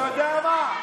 אתה יודע מה?